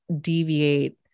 deviate